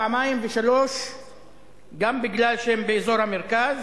פעמיים ושלוש גם בגלל שהם באזור המרכז,